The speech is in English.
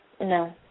No